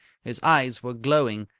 his eyes were glowing,